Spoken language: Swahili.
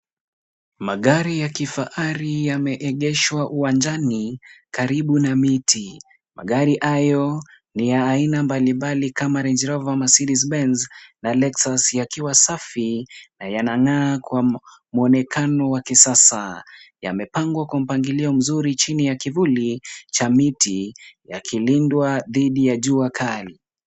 Magari ya kifahari yameegeshwa uwanjani, karibu na miti. Magari hayo ni ya aina mbalimbali kama Range Rover Mercedes-Benz na Lexus yakiwa safi, na yananaa kwa... mwonekana wa kisasa, yamepangwa kwa mpangilio mzuri chini ya kivuli, cha miti ya kulindwa dhidi ya jua kali.